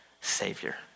Savior